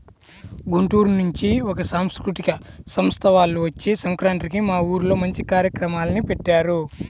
గుంటూరు నుంచి ఒక సాంస్కృతిక సంస్థ వాల్లు వచ్చి సంక్రాంతికి మా ఊర్లో మంచి కార్యక్రమాల్ని పెట్టారు